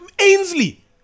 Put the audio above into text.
Ainsley